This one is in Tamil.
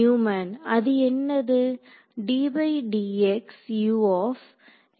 நியூமேன் அது என்னது